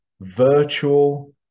virtual